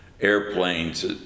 airplanes